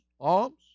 alms